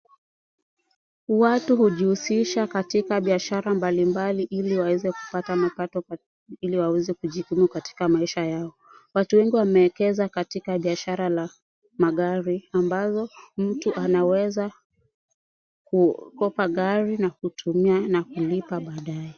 Watu hujihusisha katika biashara mbalimbali ili waweze kupata mapato ili waweze kujidhumu katika maisha yao. Watu wengi wameekeza katika biashara la magari ambapo mtu anaweza kukopa gari na kutumia na kulipa baadae.